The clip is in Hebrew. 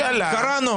קראנו.